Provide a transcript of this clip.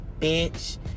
bitch